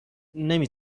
نمی